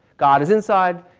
god is inside.